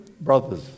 brothers